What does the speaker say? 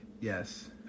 yes